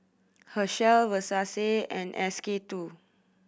Herschel Versace and S K Two